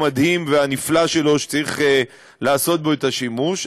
המדהים והנפלא שלו שצריך לעשות בו שימוש,